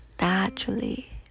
naturally